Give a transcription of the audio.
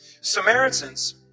Samaritans